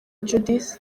judith